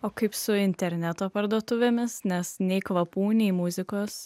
o kaip su interneto parduotuvėmis nes nei kvapų nei muzikos